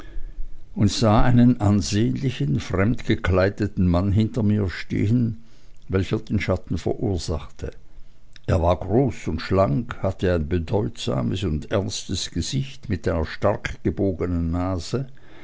und sah einen ansehnlichen fremd gekleideten mann hinter mir stehen welcher den schatten verursachte er war groß und schlank hatte ein bedeutsames und ernstes gesicht mit einer stark gebogenen nase